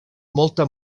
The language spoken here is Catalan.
molta